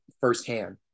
firsthand